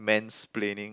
mansplaining